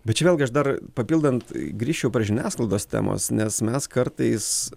bet čia vėlgi aš dar papildant grįžčiau prie žiniasklaidos temos nes mes kartais